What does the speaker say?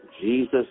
Jesus